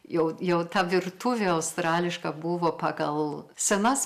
jau jau ta virtuvė australiška buvo pagal senas